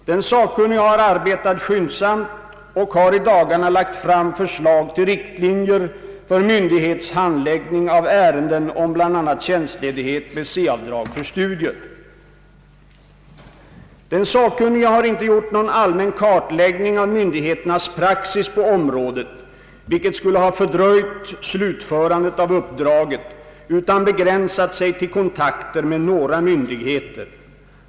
Den sakkunnige har arbetat skyndsamt och har i dagarna lagt fram förslag till riktlinjer för myndighets handläggning av ärenden om bla. tjänstledighet med C-avdrag för studier. Den sakkunnige har inte gjort någon allmän kartläggning av myndigheternas praxis på området, vilket skulle ha fördröjt slutförandet av uppdraget, utan begränsat sig till kontakter med några myndigheter.